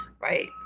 right